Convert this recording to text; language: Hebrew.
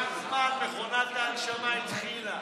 קח זמן, מכונת ההנשמה התחילה.